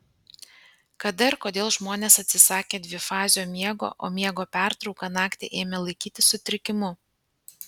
kada ir kodėl žmonės atsisakė dvifazio miego o miego pertrauką naktį ėmė laikyti sutrikimu